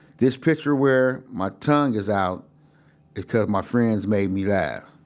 this picture where my tongue is out is cause my friends made me laugh